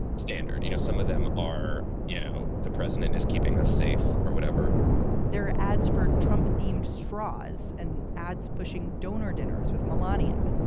standard. you know, some of them are, you know, the president is keeping us safe or whatever there are ads for trump themed straws and ads pushing donor dinners with melania,